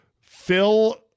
Phil